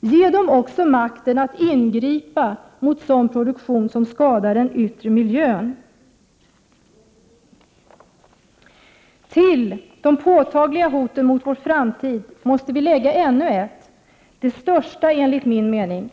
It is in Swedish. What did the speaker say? Ge dem också makten att ingripa mot sådan produktion som skadar den yttre miljön. Till de påtagliga hoten mot vår framtid, måste vi lägga ännu ett, uppgivenheten. Det är det största hotet enligt min mening.